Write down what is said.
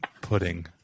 pudding